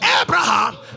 Abraham